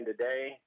today